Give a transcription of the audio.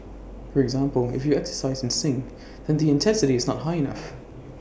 for example if you exercise and sing then the intensity is not high enough